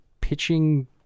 pitching